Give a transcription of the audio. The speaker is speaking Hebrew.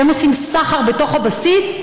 שעושים סחר בתוך הבסיס,